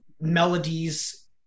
melodies